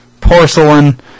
porcelain